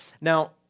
Now